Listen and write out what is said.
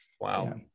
Wow